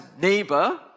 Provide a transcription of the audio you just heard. neighbor